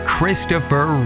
Christopher